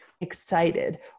excited